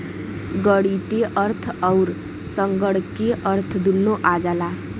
गणीतीय अर्थ अउर संगणकीय अर्थ दुन्नो आ जाला